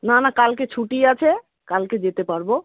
না না কালকে ছুটি আছে কালকে যেতে পারবো